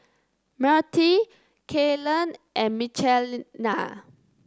Myrtie Kaylen and Michelina